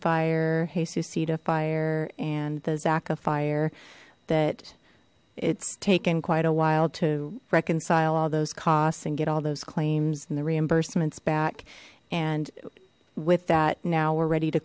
cedar fire and the zaca fire that it's taken quite a while to reconcile all those costs and get all those claims and the reimbursements back and with that now we're ready to